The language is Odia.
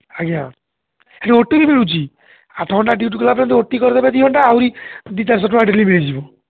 ଆଜ୍ଞା ସେଇଠି ଓ ଟି ବି ମିଳୁଛି ଆଠ ଘଣ୍ଟା ଡ଼୍ୟୁଟି କଲାପରେ ଓ ଟି କରିଦେବେ ଦି ଘଣ୍ଟା ଆହୁରି ଦୁଇ ଚାରିଶହ ଟଙ୍କା ଡେଲିଭରି ହୋଇଯିବ